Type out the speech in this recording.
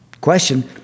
question